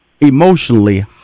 Emotionally